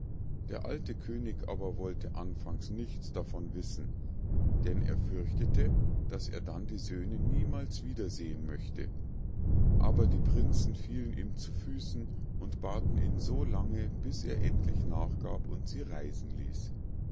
der alte könig aber wollte anfangs nichts davon wissen denn er fürchtete daß er dann die söhne niemals wiedersehen möchte aber die prinzen fielen ihm zu füßen und baten ihn so lange bis er endlich nachgab und sie reisen ließ